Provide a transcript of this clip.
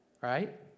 right